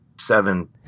seven